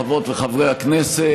חברות וחברי הכנסת,